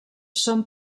són